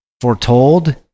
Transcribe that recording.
foretold